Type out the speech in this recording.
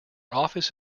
office